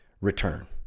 return